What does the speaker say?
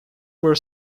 were